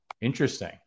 Interesting